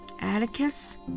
Atticus